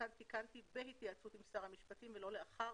כאן תקנתי "בהתייעצות עם שר המשפטים" ולא "לאחר",